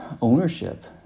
ownership